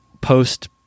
post